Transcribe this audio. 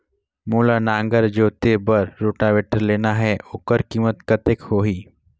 मोला नागर जोते बार रोटावेटर लेना हे ओकर कीमत कतेक होही?